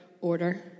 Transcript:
order